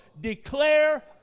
declare